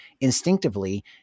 instinctively